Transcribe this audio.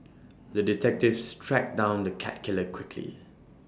the detectives tracked down the cat killer quickly